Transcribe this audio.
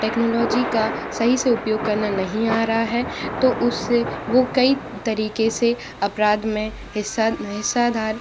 technology का सही से उपयोग करना नहीं आ रहा है तो उससे वो कई तरीके से अपराध में हिस्सा हिस्साधार